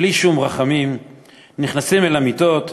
בלי שום רחמים / נכנסים אל המיטות,